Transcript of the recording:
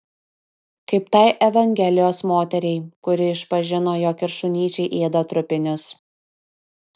kaip tai evangelijos moteriai kuri išpažino jog ir šunyčiai ėda trupinius